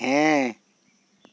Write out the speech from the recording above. ᱦᱮᱸ